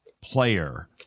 Player